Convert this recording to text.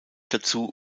dazu